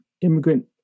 immigrant